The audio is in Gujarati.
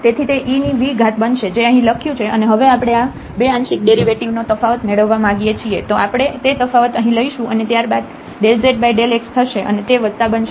તેથી તે ev બનશે જે અહીં લખ્યું છે અને હવે આપણે આ 2 આંશિક ડેરિવેટિવ નો તફાવત મેળવવા મંગીએ છીએ તો આપણે તે તફાવત અહીં લઈશું અને ત્યારબાદ ∂z∂x થશે અને તે વત્તા બનશે